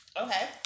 Okay